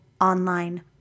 online